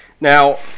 now